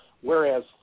whereas